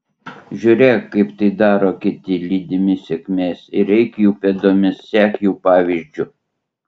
žiūrėk kaip tai daro kiti lydimi sėkmės ir eik jų pėdomis sek jų pavyzdžiu